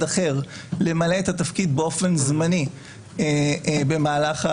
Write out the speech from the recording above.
אחר למלא את התפקיד באופן זמני במהלך התקופה.